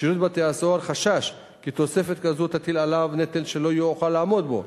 שירות בתי-הסוהר חשש כי תוספת כזו תטיל עליו נטל שהוא לא יוכל לעמוד בו,